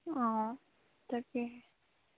অঁ তাকে